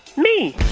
me